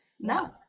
No